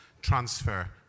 transfer